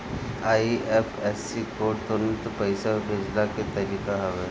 IFSC code तुरंत पईसा भेजला के तरीका हवे